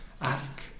ask